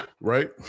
right